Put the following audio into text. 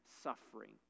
suffering